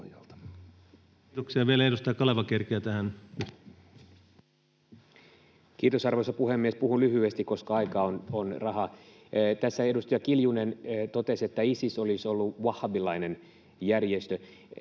Resolve, OIR) Time: 15:58 Content: Kiitos, arvoisa puhemies! Puhun lyhyesti, koska aika on rahaa. Tässä edustaja Kiljunen totesi, että Isis olisi ollut wahhabilainen järjestö